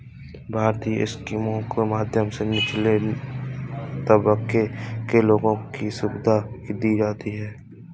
भारतीय स्कीमों के माध्यम से निचले तबके के लोगों को सुविधा दी जाती है